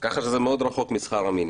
ככה שזה מאוד רחוק משכר המינימום.